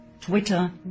Twitter